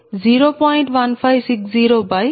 4247 p